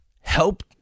help